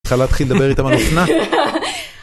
אפשר להתחיל לדבר איתם על אופנה.